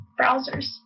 browsers